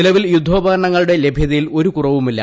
നിലവിൽ യുദ്ധോപകരണങ്ങളുടെ ലഭ്യതയിൽ ഒരു കുറവുമില്ല